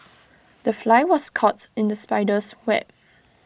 the fly was caught in the spider's web